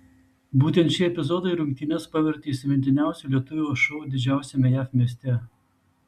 būtent šie epizodai rungtynes pavertė įsimintiniausiu lietuvio šou didžiausiame jav mieste